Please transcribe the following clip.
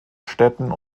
städten